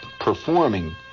performing